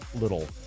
little